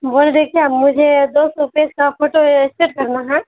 بول رہے ہے کیا مجھے دو سو پیج کا فوٹو اسٹیٹ کرنا ہے